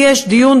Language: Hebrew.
לי יש דיון,